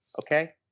Okay